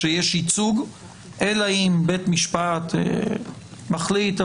יש ייצוג אלא אם בית משפט מחליט.